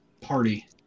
party